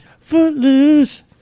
Footloose